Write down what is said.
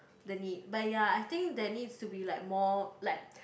the need but ya I think there needs to be like more like